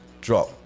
drop